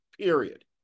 period